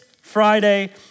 Friday